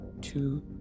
two